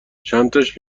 چنتاش